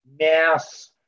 mass